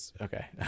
Okay